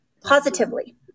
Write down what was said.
positively